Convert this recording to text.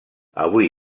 avui